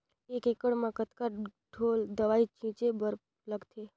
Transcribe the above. एक एकड़ म कतका ढोल दवई छीचे बर लगथे?